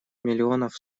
миллионов